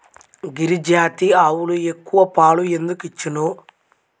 గిరిజాతి ఆవులు ఎక్కువ పాలు ఎందుకు ఇచ్చును?